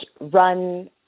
run